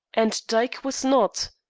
and dyke was not?